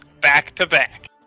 back-to-back